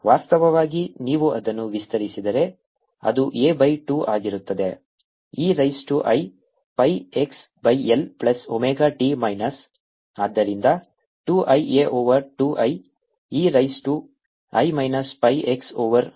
ವಾಸ್ತವವಾಗಿ ನೀವು ಅದನ್ನು ವಿಸ್ತರಿಸಿದರೆ ಅದು A ಬೈ 2 ಆಗಿರುತ್ತದೆ e raise to i pi x by L plus omega t minus ಆದ್ದರಿಂದ 2 i A over 2 i e raise to i minus pi x over L plus omega t ಆಗಿದೆ